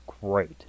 great